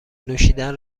نوشیدن